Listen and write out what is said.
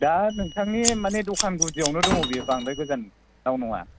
दा नोंथंनि माने दखान गुदियावनो दङ बियो बांद्राय गोजानाव नङा